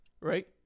right